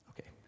okay